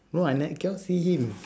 no I nev~ cannot see him